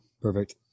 Perfect